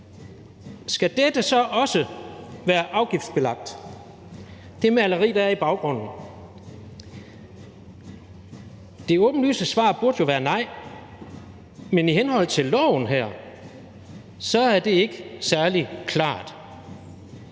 baggrunden, så også være afgiftsbelagt? Det åbenlyse svar burde jo være nej, men i henhold til loven her, er det ikke særlig klart.